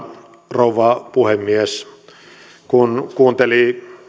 rouva puhemies kun kuunteli